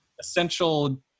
essential